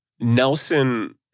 Nelson